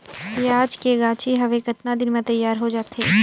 पियाज के गाछी हवे कतना दिन म तैयार हों जा थे?